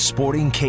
Sporting